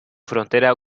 frontera